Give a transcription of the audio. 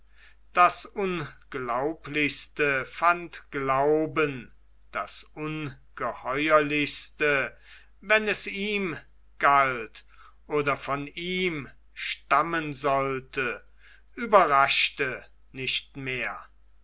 das unglaublichste fand glauben das ungeheuerste wenn es ihm galt oder von ihm stammen sollte überraschte nicht mehr